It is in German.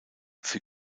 für